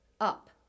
up